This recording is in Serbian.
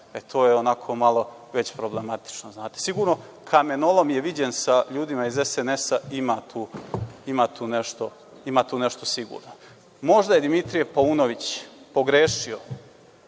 to je onako malo problematično. Sigurno je kamenolom viđen sa ljudima iz SNS, pa ima tu nešto sigurno. Možda je Dimitrije Paunović pogrešio